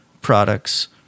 products